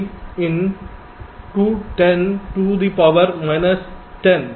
23 into 10 to the power minus 10